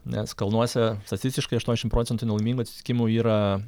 nes kalnuose statistiškai aštuoniasdešim procentų nelaimingų atsitikimų yra